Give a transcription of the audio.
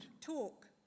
Talk